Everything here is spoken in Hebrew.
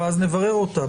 ואז נברר אותה.